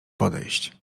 podejść